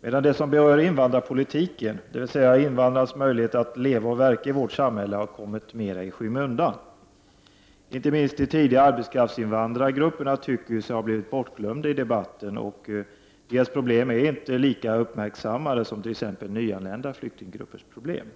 Det som berör invandrarpolitiken, dvs. invandrarnas möjligheter att leva och verka i vårt samhälle, har däremot kommit mer i skymundan. Inte minst de tidiga arbetskraftsinvandrargrupperna tycker sig ha blivit bortglömda i debatten. Deras problem blir inte lika uppmärksammade som t.ex. nyanlända flyktinggruppers problem.